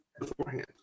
beforehand